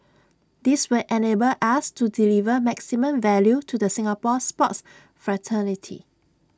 this will enable us to deliver maximum value to the Singapore sports fraternity